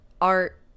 art